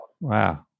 wow